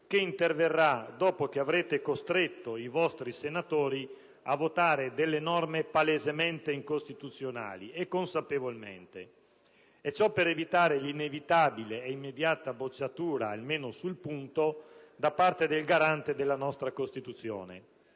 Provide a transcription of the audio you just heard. che interverrà dopo che avrete costretto i vostri senatori a votare delle norme palesemente incostituzionali, e consapevolmente. Ciò per evitare l'inevitabile e immediata bocciatura, almeno sul punto, da parte del garante della nostra Costituzione.